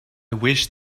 wish